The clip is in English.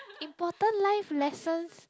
important life lessons